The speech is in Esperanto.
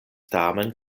tamen